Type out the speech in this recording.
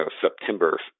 September